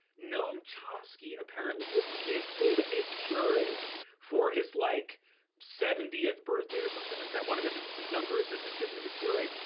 noam chomsky apparently was gifted a keurig for his like seventieth birthday or something like that, one of his like his younger assistants gets him the keurig,